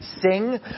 sing